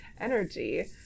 energy